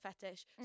fetish